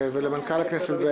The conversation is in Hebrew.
ולמנכ"ל הכנסת.